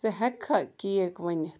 ژٕ ہیٚکٕکھا کیک ؤنِتھ